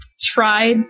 tried